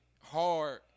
hard